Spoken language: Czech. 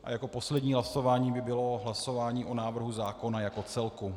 A jako poslední hlasování by bylo hlasování o návrhu zákona jako celku.